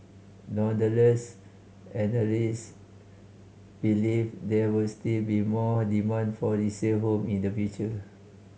nonetheless analyst believe there will still be more demand for resale home in the future